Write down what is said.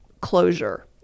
closure